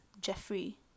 Jeffrey